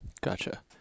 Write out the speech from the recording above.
Gotcha